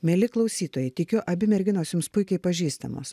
mieli klausytojai tikiu abi merginos puikiai pažįstamos